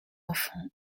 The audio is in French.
enfant